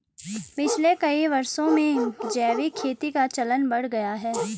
पिछले कई वर्षों में जैविक खेती का चलन बढ़ गया है